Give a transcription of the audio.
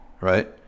right